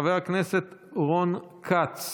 חבר הכנסת רון כץ,